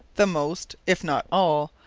the most, if not all,